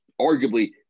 arguably